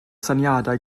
syniadau